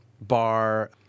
bar